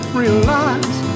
realize